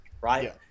right